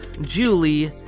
Julie